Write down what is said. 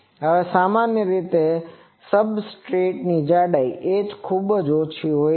હવે સામાન્ય રીતે સબસ્ટ્રેટની જાડાઈ h ખૂબ ઓછી હોય છે